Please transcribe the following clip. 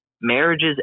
marriages